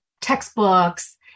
textbooks